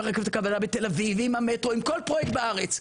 הרכבת הקלה בתל אביב; עם המטרו; עם כל פרויקט בארץ.